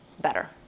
better